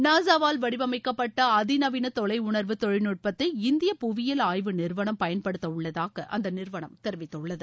நாசாவால் வடிவமைக்கப்பட்ட அதிநவீன தொலை உணர்வு தொழில்நுட்பத்தை இந்திய புவியியல் ஆய்வு நிறுவனம் பயன்படுத்த உள்ளதாக அந்த நிறுவனம் தெரிவித்துள்ளது